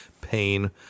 pain